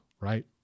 right